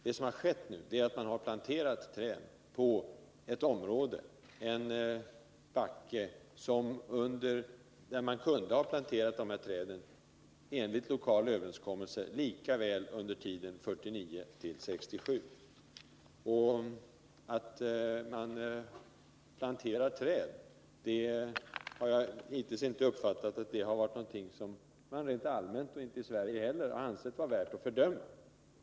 Det som nu har skett är att man har planterat träd på ett område — en backe — där man kunde ha planterat dessa träd, enligt lokal överenskommelse, lika väl under tiden 1949-1967. Att det planteras träd har jag inte uppfattat som något som man rent allmänt — och inte heller i Sverige — har ansett klandervärt.